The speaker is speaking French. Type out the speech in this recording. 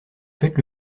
faites